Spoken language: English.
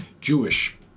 Jewish